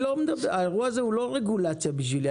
האירוע הזה הוא לא רגולציה בשבילי,